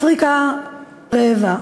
אפריקה רעבה.